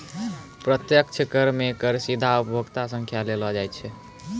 प्रत्यक्ष कर मे कर सीधा उपभोक्ता सं लेलो जाय छै